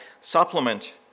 supplement